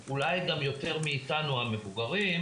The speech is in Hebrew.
אולי גם יותר מאיתנו המבוגרים,